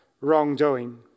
wrongdoing